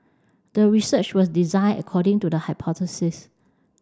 the research was designed according to the hypothesis